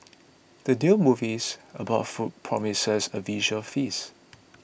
the new movies about food promises a visual feast